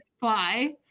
fly